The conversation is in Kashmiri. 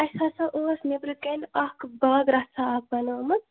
اَسہِ ہسا ٲس نیٚبرٕ کَنہِ اَکھ باغہٕ رَژھا اَکھ بنٲومٕژ